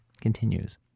continues